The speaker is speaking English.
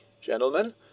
Gentlemen